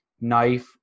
knife